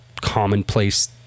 commonplace